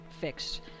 fixed